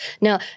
Now